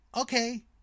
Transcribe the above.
Okay